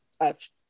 touch